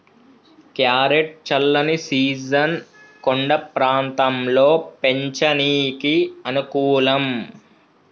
carrot చల్లని season కొండ ప్రాంతంలో పెంచనీకి అనుకూలం